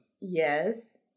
Yes